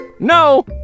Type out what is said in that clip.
no